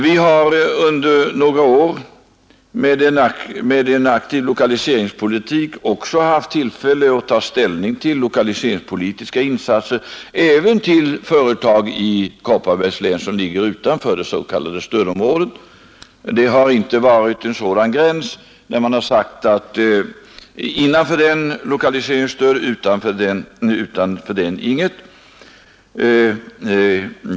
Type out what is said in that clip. Vi har under några år med en aktiv lokaliseringspolitik haft tillfälle att ta ställning till lokaliseringspolitiska insatser även för företag i Kopparbergs län vilka ligger utanför det s.k. stödområdet. Det har inte varit en så skarp gräns att man sagt att det innanför denna skall vara lokaliseringsstöd men utanför den inget sådant stöd.